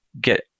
get